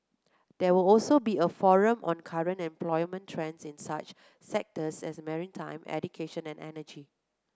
there will also be a forum on current employment trends in such sectors as maritime education and energy